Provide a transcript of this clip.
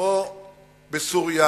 כמו בסוריה